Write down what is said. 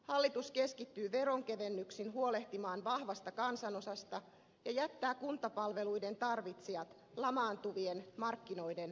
hallitus keskittyy veronkevennyksin huolehtimaan vahvasta kansanosasta ja jättää palveluiden tarvitsijat lamaantuvien markkinoiden armoille